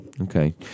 Okay